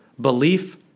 belief